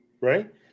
Right